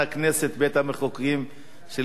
בית-המחוקקים של ישראל.